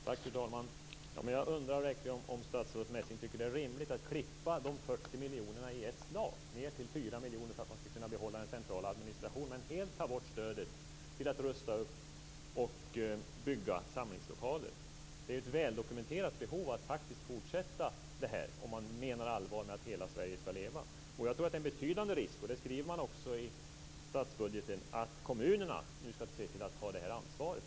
Fru talman! Jag undrar om statsrådet Messing verkligen tycker att det är rimligt att klippa de 40 miljonerna i ett slag ned till 4 miljoner för att man skall kunna behålla en central administration men helt ta bort stödet för att rusta upp och bygga samlingslokaler. Det finns ett väldokumenterat behov att faktiskt fortsätta det här om man menar allvar med att hela Sverige skall leva. Jag tror att det är en betydande risk, och det skriver man också i statsbudgeten, att kommunerna nu skall ta det här ansvaret.